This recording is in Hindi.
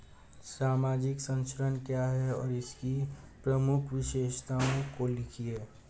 सामाजिक संरक्षण क्या है और इसकी प्रमुख विशेषताओं को लिखिए?